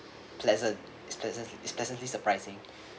pleasant it's pleasant it's pleasantly surprising